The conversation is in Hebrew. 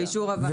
באישור הוועדה.